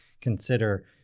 consider